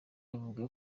avuga